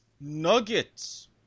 Nuggets